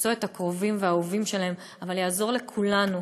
למצוא את הקרובים והאהובים שלהן אבל יעזור לכולנו